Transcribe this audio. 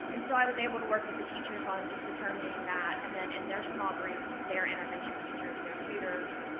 and so i was able to work with the teachers on just determining that, and then, in their small groups, their intervention teachers, their tutors,